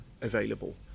available